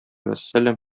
вәссәлам